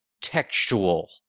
textual